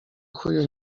chuju